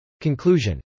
Conclusion